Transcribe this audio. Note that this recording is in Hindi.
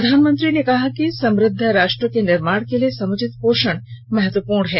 प्रधानमंत्री ने कहा कि समृद्ध राष्ट्र के निर्माण के लिए समुचित पोषण बहुत महत्वपूर्ण है